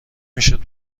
میشد